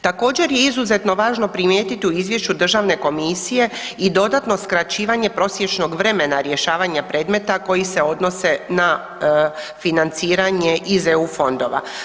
Također je izuzetno važno primijetiti u izvješću Državne komisije i dodatno skraćivanje prosječnog vremena rješavanja predmeta koji se odnose na financiranje iz eu fondova.